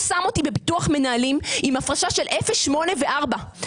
הוא שם אותי בביטוח מנהלים, עם הפרשה של 08 ו-4.